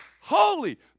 Holy